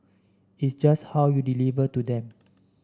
it's just how you deliver to them